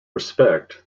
respect